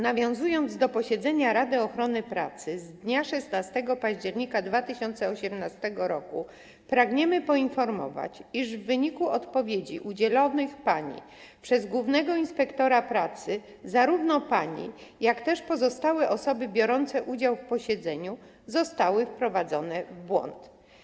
Nawiązując do posiedzenia Rady Ochrony Pracy z dnia 16 października 2018 r., pragniemy poinformować, iż w wyniku odpowiedzi udzielonych pani przez głównego inspektora pracy zarówno pani, jak i pozostałe osoby biorące udział w posiedzeniu zostały wprowadzone w błąd.